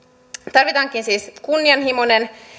tarvitaankin siis kunnianhimoinen